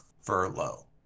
furlough